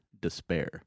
despair